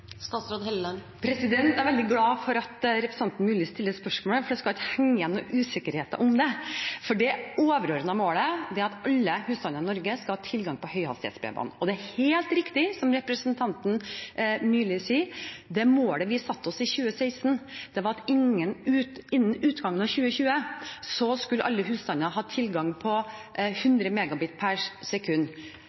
Jeg er veldig glad for at representanten Myrli stiller spørsmålet, for det skal ikke henge igjen noen usikkerhet om det. Det overordnete målet er at alle husstander i Norge skal ha tilgang på høyhastighetsbredbånd. Det er helt riktig som representanten Myrli sier, at det målet vi satte oss i 2016, var at innen utgangen av 2020 skulle 90 pst. av husstandene ha tilgang på 100